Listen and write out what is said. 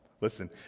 Listen